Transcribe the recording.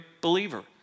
believer